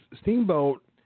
Steamboat